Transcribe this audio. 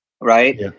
right